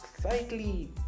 slightly